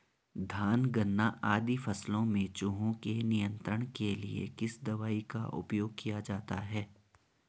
धान गन्ना आदि फसलों में चूहों के नियंत्रण के लिए किस दवाई का उपयोग किया जाता है?